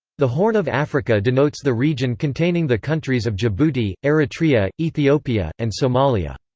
the horn of africa denotes the region containing the countries of djibouti, eritrea, ethiopia, and somalia.